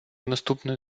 наступної